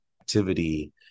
activity